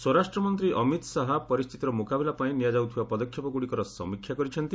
ସ୍ୱରାଷ୍ଟ୍ରମନ୍ତ୍ରୀ ଅମିତ ଶାହା ପରିସ୍ଥିତିର ମୁକାବିଲା ପାଇଁ ନିଆଯାଉଥିବା ପଦକ୍ଷେପଗୁଡ଼ିକର ସମୀକ୍ଷା କରିଛନ୍ତି